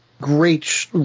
great